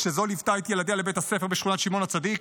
כשזו ליוותה את ילדיה לבית הספר בשכונת שמעון הצדיק,